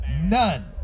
None